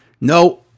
No